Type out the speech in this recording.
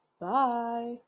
Bye